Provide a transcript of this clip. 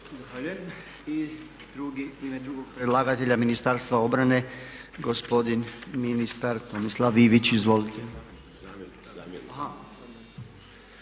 Zahvaljujem. I u ime drugog predlagatelja Ministarstva obrane gospodin zamjenik ministra Tomislav Ivić, izvolite. **Ivić,